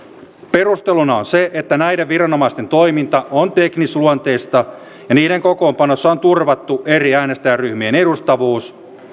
perusteluna on se että näiden viranomaisten toiminta on teknisluonteista ja niiden kokoonpanossa on turvattu eri äänestäjäryhmien edustavuus